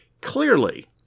Clearly